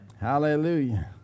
Hallelujah